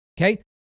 Okay